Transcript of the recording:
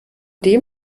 dem